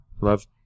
Love